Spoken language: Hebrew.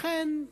לכן,